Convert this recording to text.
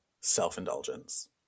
self-indulgence